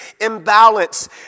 imbalance